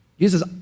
Jesus